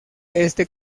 este